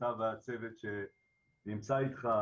אתה והצוות שנמצא איתך,